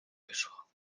wyszło